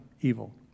evil